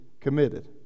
committed